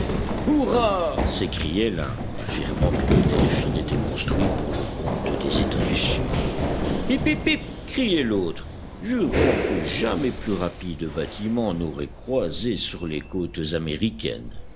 hurrah s'écriait l'un affirmant que le delphin était construit pour le compte des etats du sud hip hip hip criait l'autre jurant que jamais plus rapide bâtiment n'aurait croisé sur les côtes américaines